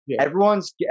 everyone's